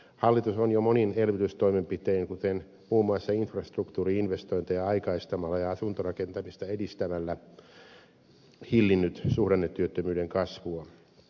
hallitus on jo monin elvytystoimenpitein kuten muun muassa infrastruktuuri investointeja aikaistamalla ja asuntorakentamista edistämällä hillinnyt suhdannetyöttömyyden kasvua